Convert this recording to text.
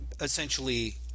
essentially